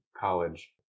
college